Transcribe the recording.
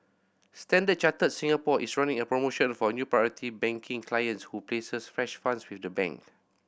Standard Chartered Singapore is running a promotion for new Priority Banking clients who places fresh funds with the bank